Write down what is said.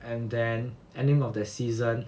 and then ending of the season